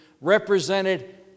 represented